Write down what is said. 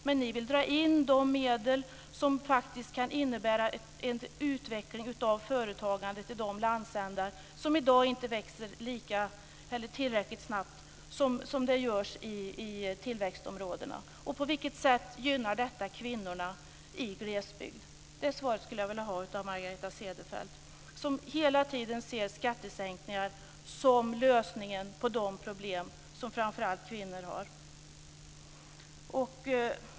Men ni vill dra in de medel som faktiskt kan innebära en utveckling av företagandet i de landsändar som i dag inte växer lika snabbt som tillväxtområdena. På vilket sätt gynnar detta kvinnorna i glesbygd? Det skulle jag vilja ha svar på av Margareta Cederfelt, som hela tiden ser skattesänkningar som lösningen på de problem som framför allt kvinnor har.